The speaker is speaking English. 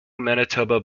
manitoba